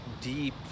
deep